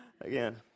Again